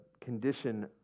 condition